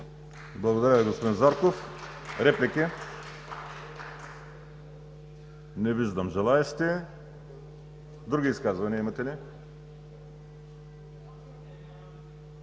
Благодаря Ви, господин Зарков. Реплики? Не виждам желаещи. Други изказвания имате ли?